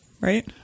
Right